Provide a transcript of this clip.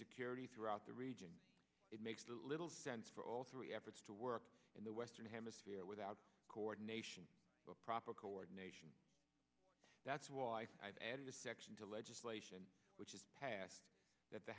security throughout the region it makes little sense for all three efforts to work in the western hemisphere without coordination of proper coordination that's why i've added a section to legislation which is passed that the